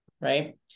right